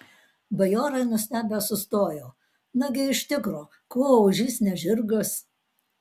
bajorai nustebę sustojo nagi iš tikro kuo ožys ne žirgas